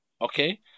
Okay